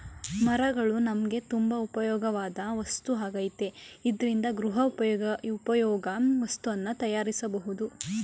ಮರಗಳು ನಮ್ಗೆ ತುಂಬಾ ಉಪ್ಯೋಗವಾಧ್ ವಸ್ತು ಆಗೈತೆ ಇದ್ರಿಂದ ಗೃಹೋಪಯೋಗಿ ವಸ್ತುನ ತಯಾರ್ಸ್ಬೋದು